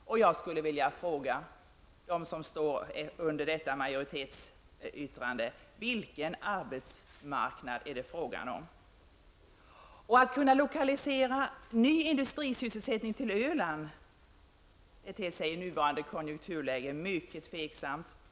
Jag skulle vilja fråga den som står för detta majoritetsyttrande: Vilken arbetsmarknad är det frågan om? Att kunna lokalisera ny industrisysselsättning till Öland ter sig i nuvarande konjunkturläge mycket tveksamt.